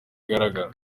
agaragara